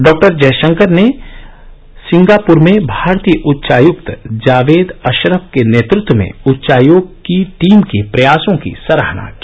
doctor Jaishankar ने Singapore में भारतीय उच्चायुक्त जावेद अशरफ के नेतत्व में उच्चायोग की टीम के प्रयासों की सराहना की